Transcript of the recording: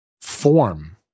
form